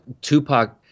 Tupac